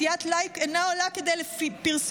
עשיית לייק אינה עולה כדי פרסום,